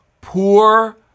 poor